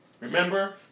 Remember